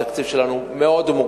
התקציב שלנו מוגבל